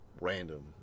random